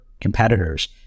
competitors